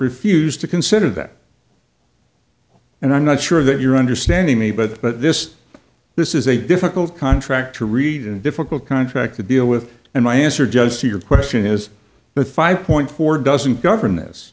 refused to consider that and i'm not sure that you're understanding me by that but this this is a difficult contract to read and difficult contract to deal with and my answer just to your question is that five point four doesn't govern this